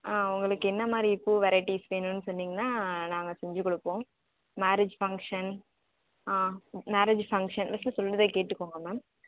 ஆ உங்களுக்கு என்ன மாதிரி பூ வெரைட்டிஸ் வேணும்னு சொன்னிங்கன்னா நாங்கள் செஞ்சு கொடுப்போம் மேரேஜ் ஃபங்க்ஷன் ஆ மேரேஜு ஃபங்க்ஷன் ஃபஸ்ட்டு சொல்றதை கேட்டுக்கோங்க மேம்